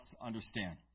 understand